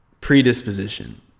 predisposition